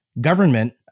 government